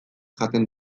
jaten